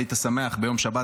היית שמח ביום שבת,